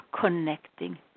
connecting